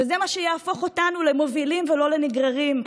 וזה מה שיהפוך אותנו למובילים ולא לנגררים,